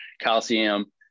calcium